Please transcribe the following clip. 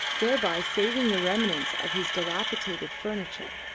thereby saving the remnants of his dilapidated furniture.